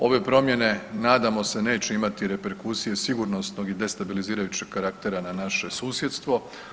Ove promjene, nadamo se, neće imati reperkusije sigurnosnog i destabilizirajućeg karaktera na naše susjedstvo.